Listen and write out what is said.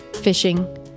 fishing